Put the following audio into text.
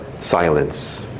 silence